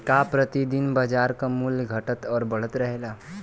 का प्रति दिन बाजार क मूल्य घटत और बढ़त रहेला?